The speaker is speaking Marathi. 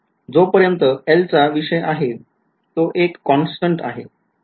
जो पर्यन्त एलचा विषय आहे तो एक कॉन्स्टन्ट आहे